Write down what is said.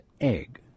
Egg